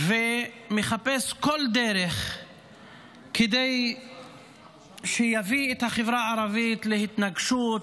ומחפש כל דרך כדי להביא את החברה הערבית להתנגשות,